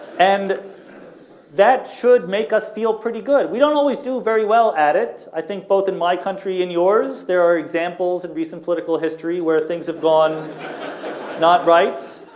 and that should make us feel pretty good. we don't always do very well at it i think both in my country in yours there are examples in recent political history where things have gone not right